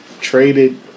traded